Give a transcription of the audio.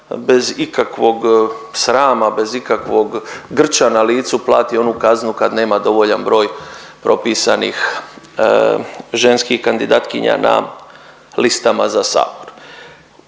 bez ikakvog srama bez ikakvog grča na licu plati onu kaznu kad nema dovoljan broj propisanih ženskih kandidatkinja na listama za sabor.